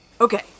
Okay